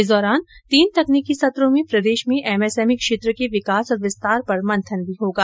इस दौरान तीन तकनीकी सत्रों में प्रदेश में एमएसएमई क्षेत्र के विकास और विस्तार पर मंथन भी होगा